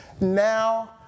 now